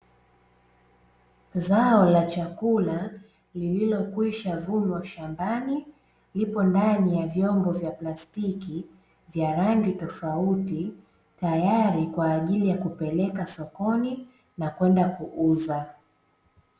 Zao la chakula lililokwishavunwa shambani lipo ndani ya vyombo vya plastiki vya rangi tofauti, tayari kwa ajili ya kupeleka sokoni na kwenda kuuza.